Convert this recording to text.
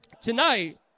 tonight